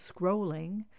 scrolling